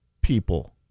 people